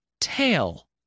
Tail